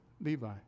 Levi